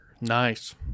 Nice